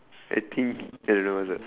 I think I don't know what's that